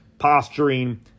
posturing